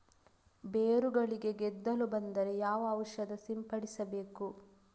ಬೇರುಗಳಿಗೆ ಗೆದ್ದಲು ಬಂದರೆ ಯಾವ ಔಷಧ ಸಿಂಪಡಿಸಬೇಕು?